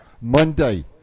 Monday